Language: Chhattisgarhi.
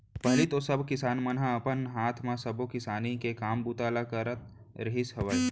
पहिली तो सब किसान मन ह अपन हाथे म सब किसानी के काम बूता ल करत रिहिस हवय